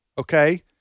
Okay